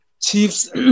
Chiefs